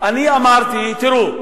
אני אמרתי: תראו,